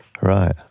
Right